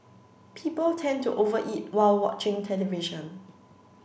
people tend to over eat while watching television